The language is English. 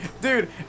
Dude